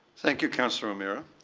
thank you, councillor o'meara.